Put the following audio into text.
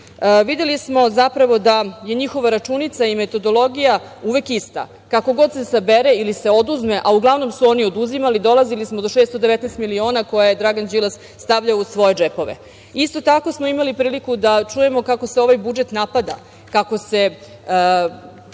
videli smo da je njihova računica i metodologija uvek ista. Kako god se sabere ili se oduzme, a uglavnom su oni oduzimali, dolazili smo do 619 miliona koje je Dragan Đilas stavljao u svoje džepove. Isto tako smo imali priliku da čujemo kako se ovaj budžet napada, kako se